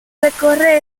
recorre